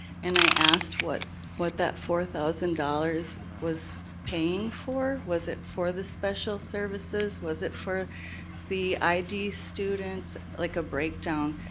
and i asked, what what that four thousand dollars was paying for? was it for the special services? was it for the id students? like a break down,